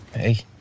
Hey